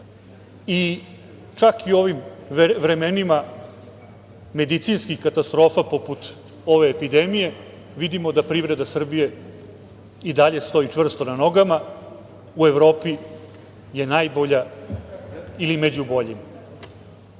čak i u ovim vremenima medicinskih katastrofa, poput ove epidemije, vidimo da privreda Srbije i dalje stoji čvrsto na nogama, u Evropi je najbolja ili među boljima. Ono